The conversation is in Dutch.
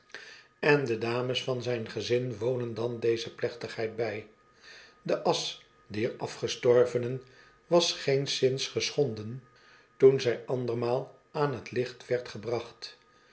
en de dames van zijn gezin wonen dan deze plechtigheid bij de asch dier afgestorvenen was geenszins geschonden toen zij andermaal aan t licht werd gebracht